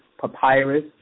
papyrus